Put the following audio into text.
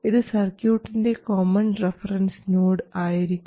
ഇത് സർക്യൂട്ടിൻറെ common reference node ആയിരിക്കും